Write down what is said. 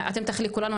אתם תחליקו לנו,